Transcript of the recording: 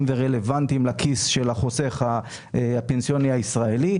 ורלוונטיים לכיס של החוסך הפנסיוני הישראלי,